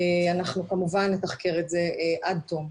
אנחנו כמובן נתחקר את זה עד תחום.